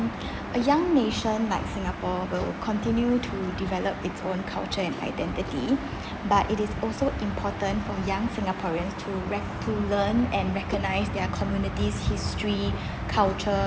a young nation like singapore will continue to develop it's own culture and identity but it is also important for young singaporeans to rec~ to learn and recognize their community's history culture